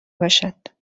باشد